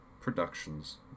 productions